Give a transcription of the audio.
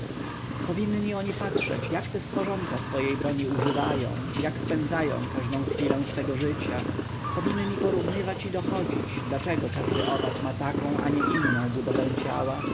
wolności powinni oni patrzeć jak to stworzonka swojej broni używają jak spędzają każdą chwilę swego życia powinni porównywać i dochodzić dlaczego każdy owad ma taką a nie inną budowę ciała